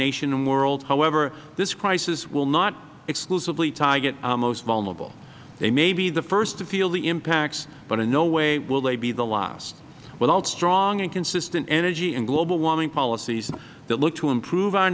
nation and world however this crisis will not exclusively target our most vulnerable they may be the first to feel the impacts but in no way will they be the last without strong and consistent energy and global warming policies that look to improve our